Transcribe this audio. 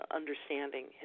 understanding